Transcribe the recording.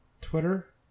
Twitter